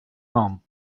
home